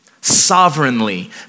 sovereignly